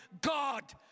God